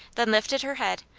then lifted her head,